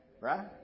Right